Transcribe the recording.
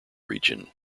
region